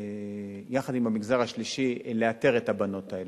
יחד עם המגזר השלישי, לאתר את הבנות האלה.